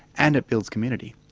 and it builds community.